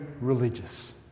religious